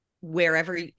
wherever